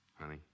Honey